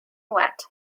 wet